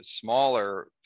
smaller